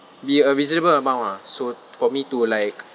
be a reasonable amount lah so for me to like